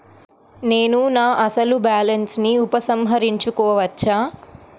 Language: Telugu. నేను నా అసలు బాలన్స్ ని ఉపసంహరించుకోవచ్చా?